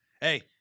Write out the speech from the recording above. Hey